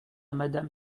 madame